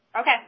Okay